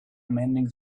mending